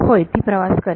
होय ती प्रवास करेल